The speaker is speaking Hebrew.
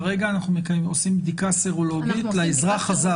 כרגע אנחנו עושים בדיקה סרולוגית לאזרח הזר.